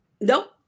Nope